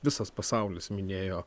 visas pasaulis minėjo